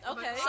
Okay